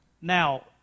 Now